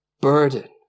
Burden